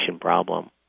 problem